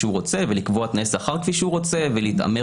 שהוא רוצה ולקבוע תנאיי שכר כפי שהוא רוצה ולהתעמר